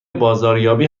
بازاریابی